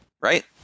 right